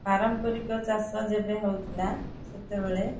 ପାରମ୍ପରିକ ଚାଷ ଯେବେ ହେଉଥିଲା ସେତେବେଳେ